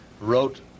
wrote